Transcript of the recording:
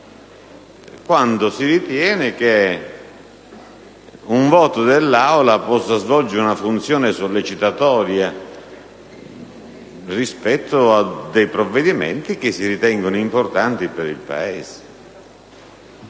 quando si ritiene che un voto dell'Aula possa svolgere una funzione sollecitatoria rispetto a dei provvedimenti che si ritengono importanti per il Paese.